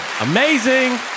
Amazing